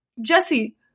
Jesse